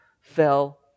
fell